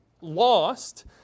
lost